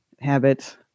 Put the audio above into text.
habit